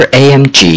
amg